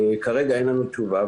כרגע אין לנו תשובה.